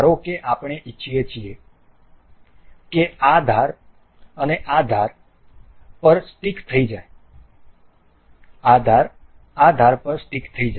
ધારો કે આપણે ઇચ્છીએ છીએ કે આ ધાર આ ધાર પર સ્ટીક થઈ જાય